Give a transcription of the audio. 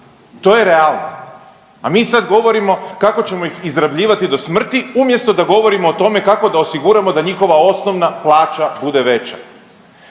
to je realnost. A mi sad govorimo kako ćemo ih izrabljivati do smrti umjesto da govorimo o tome kako da osiguramo da njihova osnovna plaća bude veća.